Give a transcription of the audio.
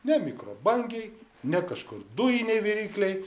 ne mikrobangėj ne kažkur dujinėj viryklėj